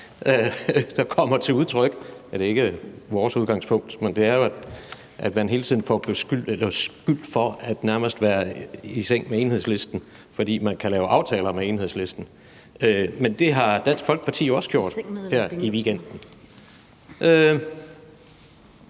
mærke kommer til udtryk; det er ikke vores udgangspunkt, men det er jo sådan, at man hele tiden får skyld for nærmest at være i seng med Enhedslisten, fordi man kan lave aftaler med Enhedslisten. Men det har Dansk Folkeparti jo også gjort her i weekenden.